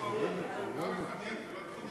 לא צריך.